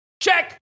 Check